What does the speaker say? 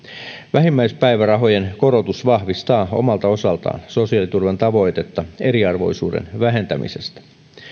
vähimmäispäivärahojen korotus vahvistaa omalta osaltaan sosiaaliturvan tavoitetta eriarvoisuuden vähentämisestä